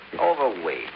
Overweight